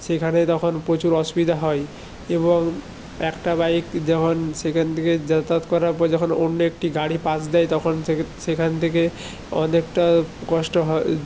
সেখানে তখন প্রচুর অসুবিধা হয় এবং একটা বাইক যখন সেখান থেকে যাতায়াত করার পর যখন অন্য একটি গাড়ি পাশ দেয় তখন সেখান থেকে অনেকটা কষ্ট হয়